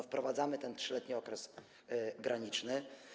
Wprowadzamy ten 3-letni okres graniczny.